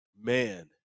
man